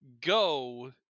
Go